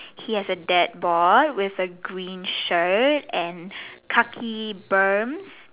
he has a dad board with a green shirt and khaki berms